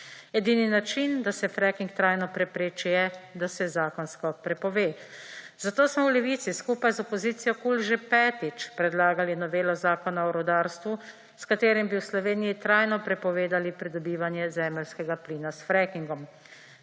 Edini način, da se fracking trajno prepreči, je, da se zakonsko prepove. Zato smo v Levici skupaj z opozicijo KUL že petič predlagali novelo Zakona o rudarstvu, s katerim bi v Sloveniji trajno prepovedali pridobivanje zemeljskega plina s frackingom.